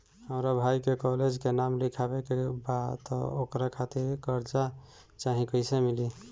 हमरा भाई के कॉलेज मे नाम लिखावे के बा त ओकरा खातिर कर्जा चाही कैसे मिली?